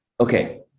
Okay